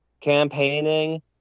campaigning